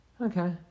Okay